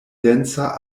densa